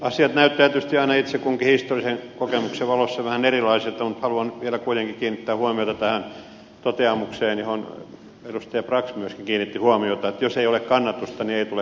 asiat näyttävät tietysti aina itse kunkin historiallisen kokemuksen valossa vähän erilaisilta mutta haluan nyt vielä kuitenkin kiinnittää huomiota tähän toteamukseen johon edustaja brax myöskin kiinnitti huomiota että jos ei ole kannatusta niin ei tule paikkaa